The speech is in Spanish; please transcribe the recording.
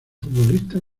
futbolista